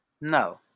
No